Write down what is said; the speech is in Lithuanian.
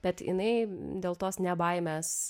bet jinai dėl tos nebaimės